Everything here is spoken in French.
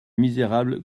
misérable